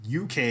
UK